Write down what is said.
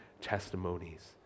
testimonies